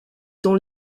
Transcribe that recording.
temps